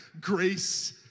grace